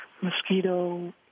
mosquito